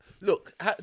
look